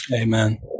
Amen